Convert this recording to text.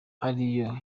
ariyo